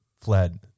fled